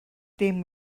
dim